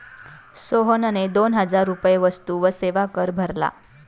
सोहनने दोन हजार रुपये वस्तू व सेवा कर भरला